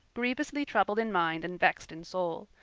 grievously troubled in mind and vexed in soul.